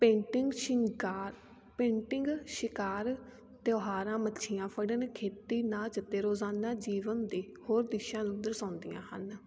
painting ਸ਼ਿੰਗਾਰ painting ਸ਼ਿਕਾਰ ਤਿਉਹਾਰਾਂ ਮੱਛੀਆਂ ਫੜਨ ਖੇਤੀ ਨਾਚ ਅਤੇ ਰੋਜ਼ਾਨਾ ਜੀਵਨ ਦੇ ਹੋਰ ਦਿਸ਼ਾ ਨੂੰ ਦਰਸਾਉਂਦੀਆਂ ਹਨ